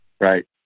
Right